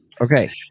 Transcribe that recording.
Okay